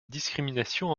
discrimination